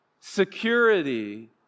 Security